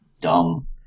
dumb